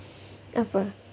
apa